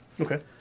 Okay